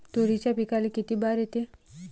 तुरीच्या पिकाले किती बार येते?